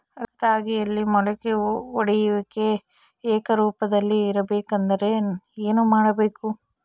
ರಾಗಿಯಲ್ಲಿ ಮೊಳಕೆ ಒಡೆಯುವಿಕೆ ಏಕರೂಪದಲ್ಲಿ ಇರಬೇಕೆಂದರೆ ಏನು ಮಾಡಬೇಕು?